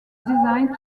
designed